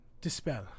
dispel